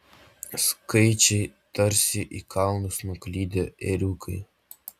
skaičiai tarsi į kalnus nuklydę ėriukai